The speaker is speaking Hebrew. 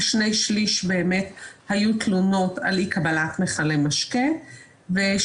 כשני שליש היו באמת תלונות על אי קבלת מכלי משקה ושליש